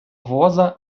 воза